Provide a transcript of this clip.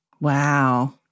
Wow